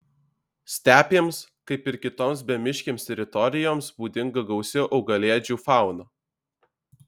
stepėms kaip ir kitoms bemiškėms teritorijoms būdinga gausi augalėdžių fauna